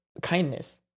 Kindness